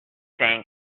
saying